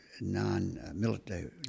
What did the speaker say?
non-military